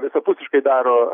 visapusiškai daro